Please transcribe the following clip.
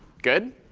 good?